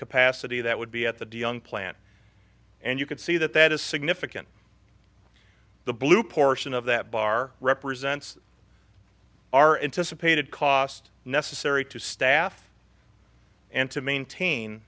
capacity that would be at the dion plant and you can see that that is significant the blue portion of that bar represents our anticipated cost necessary to staff and to maintain